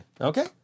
Okay